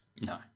No